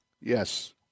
Yes